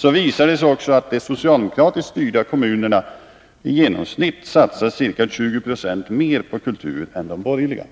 Så visar det sig också att de socialdemokratiskt styrda kommunerna i genomsnitt satsar ca 20 96 mer på kultur än de borgerliga.